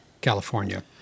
California